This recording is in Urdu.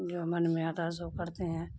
جو من میں آتا ہے سو کرتے ہیں